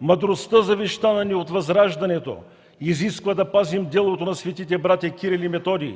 Мъдростта, завещана ни от Възраждането, изисква да пазим делото на светите братя Кирил и Методий,